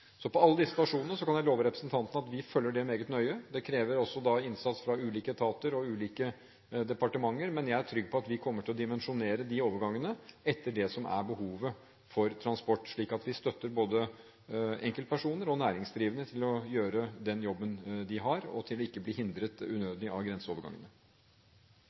kan love representanten at vi følger alle disse stasjonene meget nøye. Dette krever innsats fra ulike etater og ulike departementer. Jeg er trygg på at vi kommer til å dimensjonere disse overgangene ut fra transportbehovet, slik at vi støtter både enkeltpersoner og næringsdrivende i den jobben de har, og slik at de ikke blir hindret unødig av grenseovergangene.